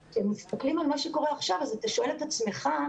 כשמסתכלים על מה שקורה עכשיו, אתה שואל את עצמך,